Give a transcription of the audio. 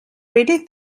really